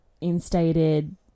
instated